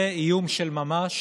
זה איום של ממש